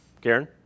Karen